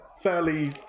fairly